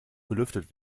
belüftet